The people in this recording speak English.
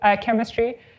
chemistry